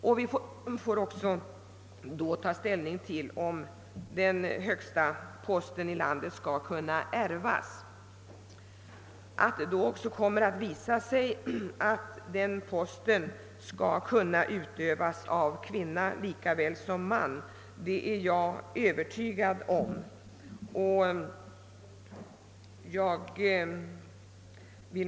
Då får vi också ta ställning till om den högsta posten i landet skall kunna ärvas. Jag är övertygad om att det då också kommer att visa sig att den posten skall kunna utövas av kvinna lika väl som man. Herr talman!